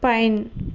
pine